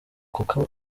koko